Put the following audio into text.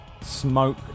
smoke